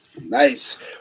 Nice